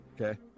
Okay